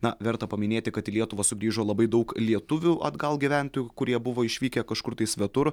na verta paminėti kad į lietuvą sugrįžo labai daug lietuvių atgal gyventojų kurie buvo išvykę kažkur tai svetur